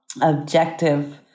objective